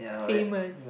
famous